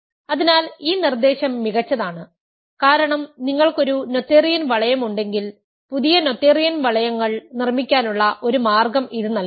അതിനാൽ ഈ നിർദ്ദേശം മികച്ചതാണ് കാരണം നിങ്ങൾക്ക് ഒരു നോതേറിയൻ വളയം ഉണ്ടെങ്കിൽ പുതിയ നോതേറിയൻ വളയങ്ങൾ നിർമ്മിക്കാനുള്ള ഒരു മാർഗ്ഗം ഇത് നൽകുന്നു